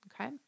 okay